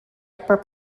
upper